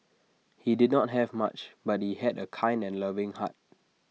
he did not have much but he had A kind and loving heart